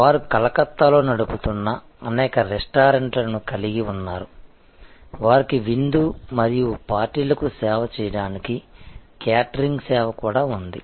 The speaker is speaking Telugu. వారు కలకత్తాలో నడుపుతున్న అనేక రెస్టారెంట్ల ను కలిగి ఉన్నారు వారికి విందు మరియు పార్టీలకు సేవ చేయడానికి క్యాటరింగ్ సేవ కూడా ఉంది